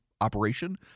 operation